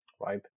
right